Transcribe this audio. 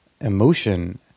emotion